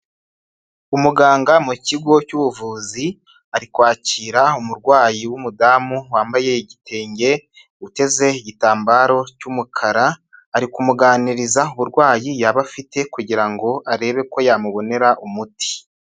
Umuganga mu kigo cy'ubuvuzi ari kwakira umurwayi w'umudamu wambaye igitenge uteze igitambaro cy'umukara ari kumuganiriza uburwayi yaba afite kugira ngo arebe ko yamubonera umuti.